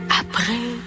après